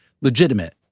legitimate